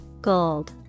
gold